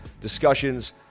discussions